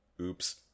Oops